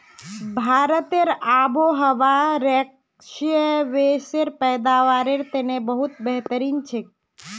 भारतेर आबोहवा स्क्वैशेर पैदावारेर तने बहुत बेहतरीन छेक